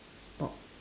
sport